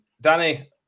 Danny